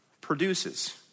produces